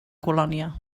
colònia